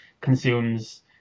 consumes